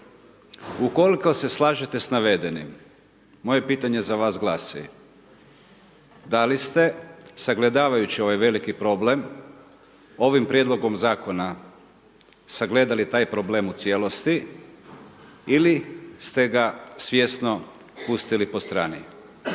Ukoliko se slažete s navedenim, moje pitanje za vas glasi, da li ste sagledavajući ovaj veliki problem, ovim prijedlogom zakona sagledali taj problem u cijelosti ili ste ga svjesno pustili po strani?